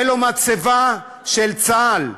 תהיה לו מצבה של צה"ל,